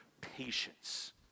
patience